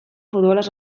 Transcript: futbolaz